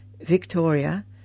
victoria